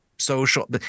social